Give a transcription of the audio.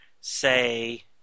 say